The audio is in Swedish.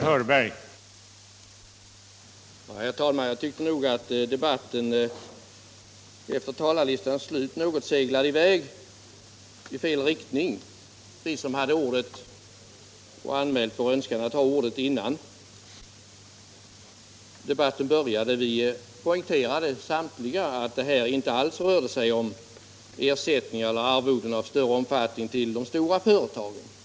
Herr talman! Jag tycker att debatten efter talarlistans slut något seglat i väg i fel riktning. Vi som före debattens början hade anmält vår önskan om att få ordet poängterade samtliga att det inte alls rör sig om ersättningar eller arvoden av mer betydande omfattning till de stora företagen.